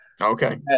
Okay